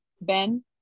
Ben